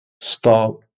stop